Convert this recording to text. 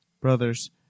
Brothers